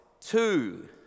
Two